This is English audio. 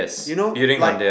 you know like